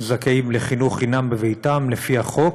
זכאים לחינוך חינם בביתם לפי החוק,